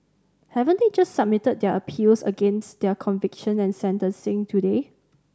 haven't they just submitted their appeals against their conviction and sentencing today